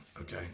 Okay